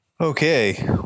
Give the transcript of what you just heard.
Okay